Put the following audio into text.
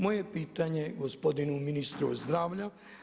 Moje je pitanje gospodinu ministru zdravlja.